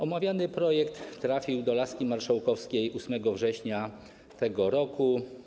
Omawiany projekt trafił do laski marszałkowskiej 8 września tego roku.